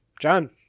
John